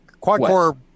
quad-core